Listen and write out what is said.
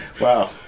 Wow